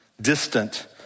distant